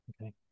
Okay